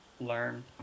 learn